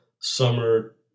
summer